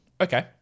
okay